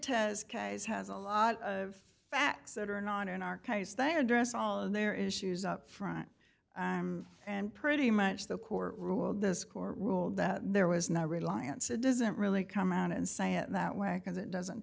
tez case has a lot of facts that are not in our case they address all of their issues up front and pretty much the court ruled this court ruled that there was no reliance it doesn't really come out and say it that way because it doesn't